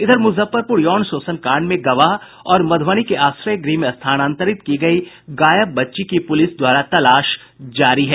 इधर मुजफ्फरपुर यौन शोषण कांड में गवाह और मधुबनी के आश्रय गृह में स्थानांतरित की गयी गायब बच्ची की पुलिस द्वारा तलाश जारी है